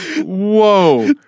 whoa